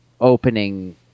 opening